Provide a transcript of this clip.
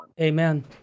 Amen